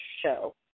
show